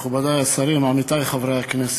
מכובדי השרים, עמיתי חברי הכנסת,